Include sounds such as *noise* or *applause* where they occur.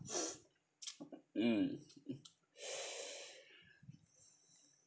*breath* mm *breath*